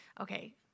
okay